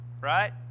right